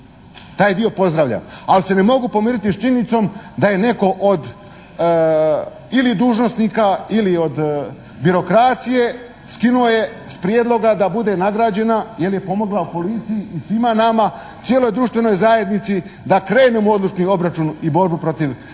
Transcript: taj dio pozdravlja, ali se ne mogu pomiriti s činjenicom da je netko od ili dužnosnika ili od birokracije skinuo je s prijedloga da bude nagrađena jer je pomogla policiji i svima nama, cijeloj društvenoj zajednici da krenemo u odlučni obračun i borbu protiv narkomafije